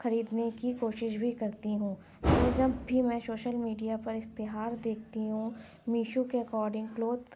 خریدنے کی کوشش بھی کرتی ہوں اور جب بھی میں شوشل میڈیا پر اشتہار دیکھتی ہوں میشو کے اکورڈنگ کلوتھ